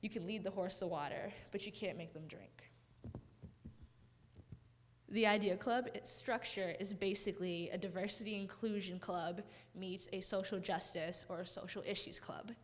you can lead the horse to water but you can't make them drink the idea club structure is basically a diversity inclusion club meets a social justice or social issues club